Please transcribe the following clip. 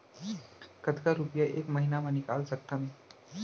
कतका रुपिया एक महीना म निकाल सकथन?